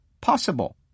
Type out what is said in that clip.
possible